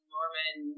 Norman